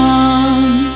one